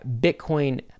Bitcoin